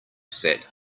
sat